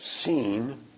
seen